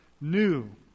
new